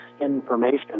information